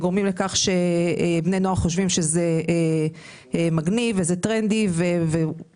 גורמות לכך שבני נוער חושבים שזה מגניב וזה טרנדי וגם